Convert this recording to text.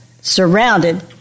surrounded